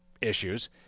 issues